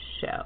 show